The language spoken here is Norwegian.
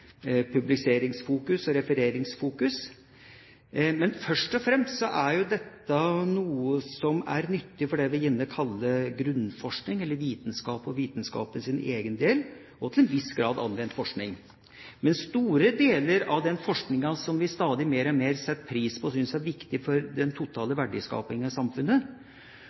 publiserings- og refereringsfokus, men først og fremst er dette noe som er nyttig for det vi gjerne kaller grunnforskning, eller vitenskap for vitenskapens egen del, og – til en viss grad – anvendt forskning. Store deler av den forskninga som vi setter stadig mer pris på, synes jeg er viktig for den totale verdiskapinga i samfunnet,